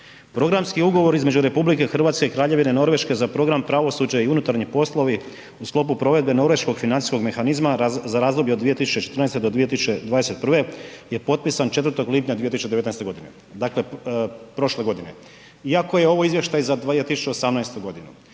Programski ugovor između RH i Kraljevine Norveške za program pravosuđe i unutarnji poslovi u sklopu provedbe norveškog financijskog mehanizma za razdoblje o 2014. do 2021. je potpisan 4. lipnja 2019. g., dakle prošle godine. Iako je ovo izvještaj za 2018. g.,